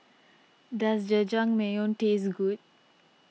does Jajangmyeon taste good